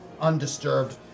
undisturbed